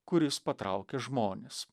kuris patraukia žmones